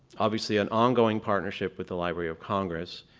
obviously, an ongoing partnership with the library of congress